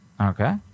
Okay